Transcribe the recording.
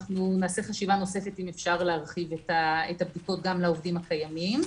אנחנו נעשה חשיבה נוספת אם אפשר להרחיב את הבדיקות גם לעובדים הקיימים.